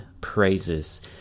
praises